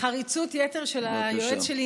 חריצות יתר של היועץ שלי,